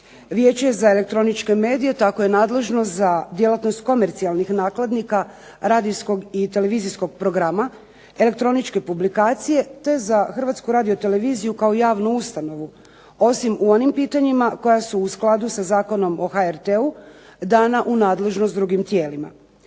Vijeće za elektroničke medije tako je nadležno za djelatnost komercijalnih nakladnika radijskog i televizijskog programa, elektroničke publikacije te za Hrvatsku radio-televiziju kao javnu ustanovu osim u onim pitanjima koja su u skladu sa Zakonom o HRT-u dana u nadležnost drugim tijelima.